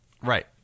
right